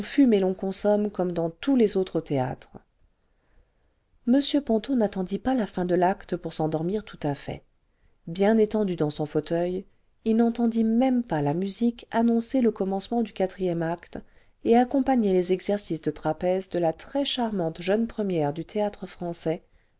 et l'on consomme comme dans tous les autres théâtres m ponto n'attendit pas la fin de l'acte pour s'endormir tout à fait bien étendu dans son fauteuil il n'entendit même pas la musique annoncer le commencement du e acte et accompagner les exercices de trapèze de la très charmante jeune première du